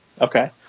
Okay